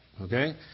Okay